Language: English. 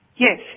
Yes